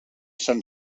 sant